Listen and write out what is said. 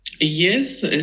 Yes